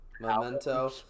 Memento